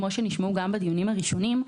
כפי שנשמעו גם בדיונים הראשונים,